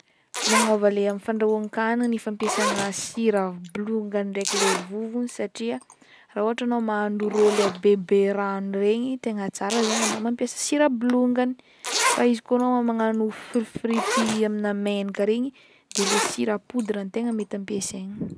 Magnôva le am'fandrahoan-kagniny ny fampiasagna sira bolongany ndraiky lay vovony satria raha ôhatra anao mahandro rô lay bebe rano regna tegna tsara zaigny anao mampiasa sira bolongany fa izy koa anao m- magnano fr- frity aminà menaka regny, de le sira poudre ny tegna mety ampiasaigna.